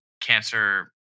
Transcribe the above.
cancer-